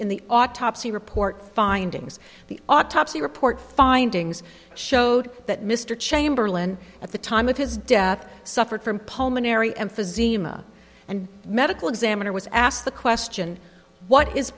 in the autopsy report findings the autopsy report findings showed that mr chamberlain at the time of his death suffered from palm unary emphysema and medical examiner was asked the question what is